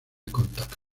contacto